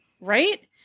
Right